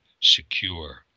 secure